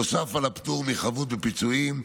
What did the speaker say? נוסף על הפטור מחבות בפיצויים,